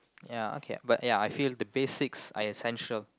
ya okay but ya I feel the basics are essential